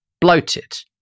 bloated